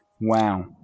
Wow